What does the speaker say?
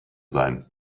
sein